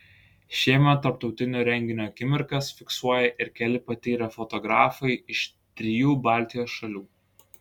šiemet tarptautinio renginio akimirkas fiksuoja ir keli patyrę fotografai iš trijų baltijos šalių